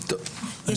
גם בגלל הזמנים.